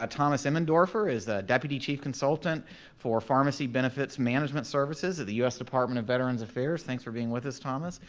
ah thomas emmendorfer is the deputy chief consultant for pharmacy benefits management services at the u s. department of veterans affairs, thanks for being with us, thomas.